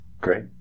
Great